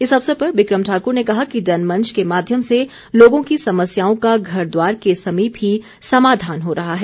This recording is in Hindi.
इस अवसर पर बिक्रम ठाकुर ने कहा कि जनमंच के माध्यम से लोगों की समस्याओं का घरद्वार के समीप ही समाधान हो रहा है